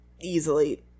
Easily